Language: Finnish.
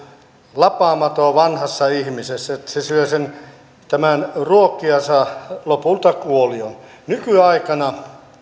lapamato vanhassa ihmisessä että se syö tämän ruokkijansa lopulta kuolioon nykyaikana